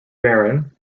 baron